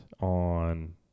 on